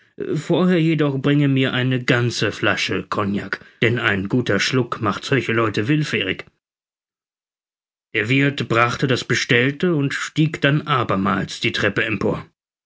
vorher jedoch bringe mir eine ganze flasche cognac denn ein guter schluck macht solche leute willfährig der wirth brachte das bestellte und stieg dann abermals die treppe empor